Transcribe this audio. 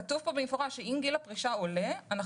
כתוב פה במפורש שאם גיל הפרישה עולה אנחנו